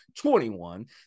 21